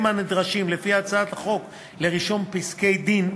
הנדרשים לפי הצעת החוק לרישום פסקי-דין,